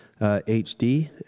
HD